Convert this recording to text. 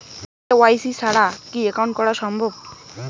KYC ছাড়া কি account করা সম্ভব?